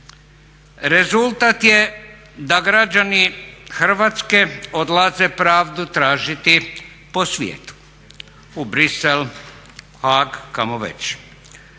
Rezultat je da građani Hrvatske odlaze pravdu tražiti po svijetu, u Bruxelles, Haag, kamo već.